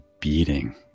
beating